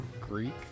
Greek